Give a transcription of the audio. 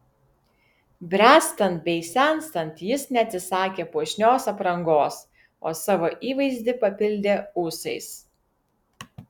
bręstant bei senstant jis neatsisakė puošnios aprangos o savo įvaizdį papildė ūsais